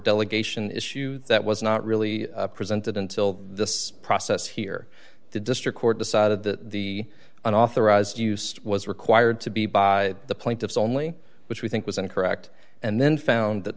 delegation issue that was not really presented until this process here the district court decided that the unauthorized use was required to be by the plaintiffs only which we think was incorrect and then found that